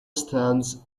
stands